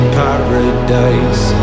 paradise